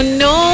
no